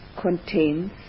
contains